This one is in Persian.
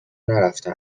نرفته